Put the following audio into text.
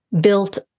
built